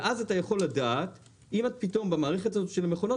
ואז אתה יכול לדעת אם פתאום במערכת של המכונות